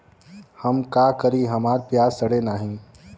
हम का करी हमार प्याज सड़ें नाही?